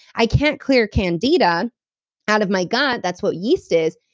i can't clear candida out of my gut, that's what yeast is,